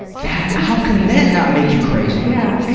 that how can that not make you crazy? yeah,